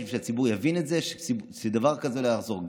כדי שהציבור יבין את זה וכדי שדבר כזה לא יחזור,